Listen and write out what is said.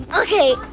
Okay